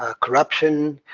ah corruption,